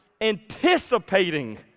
anticipating